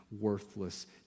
worthless